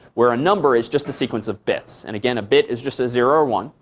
where a number is just a sequence of bits. and again, a bit is just a zero or one,